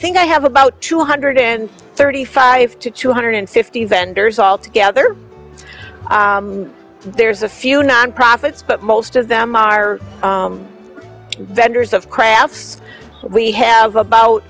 think i have about two hundred and thirty five to two hundred fifty vendors all together there's a few nonprofits but most of them are vendors of crafts we have about